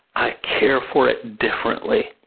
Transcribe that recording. i care for it differently.